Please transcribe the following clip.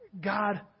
God